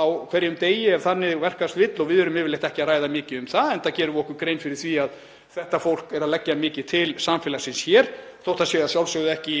á hverjum degi ef þannig verkast vill og við erum yfirleitt ekki að ræða mikið um það enda gerum við okkur grein fyrir því að þetta fólk er að leggja mikið til samfélagsins hér. Þótt það sé að sjálfsögðu ekki